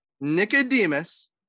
Nicodemus